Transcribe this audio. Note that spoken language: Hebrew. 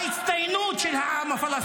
ההצטיינות של העם הפלסטיני.